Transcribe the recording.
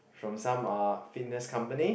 from some uh fitness company